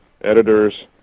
editors